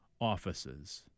offices